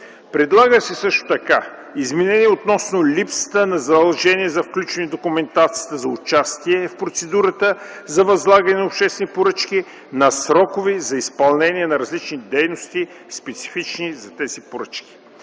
Предлага се също така изменение относно липсата на задължение за включване в документацията за участие в процедурата за възлагане на обществени поръчки на срокове за изпълнение на различни дейности, специфични за тази поръчка.